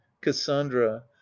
cassandra